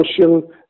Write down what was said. social